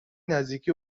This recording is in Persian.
نزدیکی